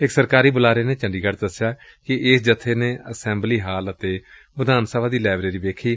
ਇਕ ਸਰਕਾਰੀ ਬੁਲਾਰੇ ਨੇ ਦਸਿਆ ਕਿ ਇਸ ਜਥੇ ਨੇ ਅਸੈਂਬਲੀ ਹਾਲ ਅਤੇ ਵਿਧਾਨ ਸਭਾ ਦੀ ਲਾਇਬਰੇਰੀ ਵੇਖੀ